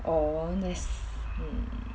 orh that's hmm